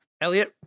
Elliot